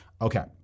Okay